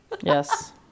Yes